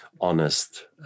honest